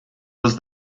was